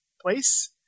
place